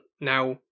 now